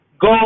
Go